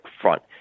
front